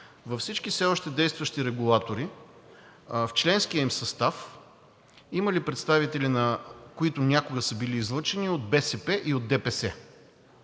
във всички все още действащи регулатори в членския им състав има ли представители, които някога са били излъчени от БСП и от ДПС?